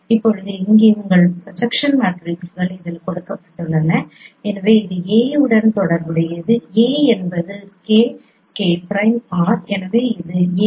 இப்போது இங்கே உங்கள் ப்ரொஜெக்ஷன் மேட்ரிக்ஸ்கள் இதில் கொடுக்கப்பட்டுள்ளன எனவே இது A உடன் தொடர்புடையது A என்பது கே K பிரைம் R எனவே இது A